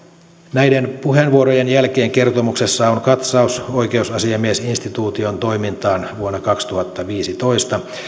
näiden puheenvuorojen jälkeen kertomuksessa on katsaus oikeusasiamiesinstituution toimintaan vuonna kaksituhattaviisitoista